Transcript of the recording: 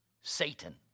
Satan